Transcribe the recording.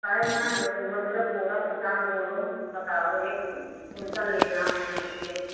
पायल ना द मतलब बोरा के दाम बोले बताओ एक कुंटल लेना है हम को